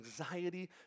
anxiety